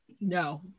no